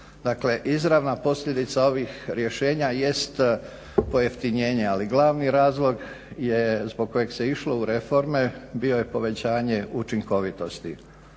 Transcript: Dakle, izravna posljedica ovih rješenja jest pojefitnjenje ali glavni razlog zbog kojeg se išlo u reforme bio je povećanje učinkovitosti.